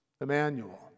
Emmanuel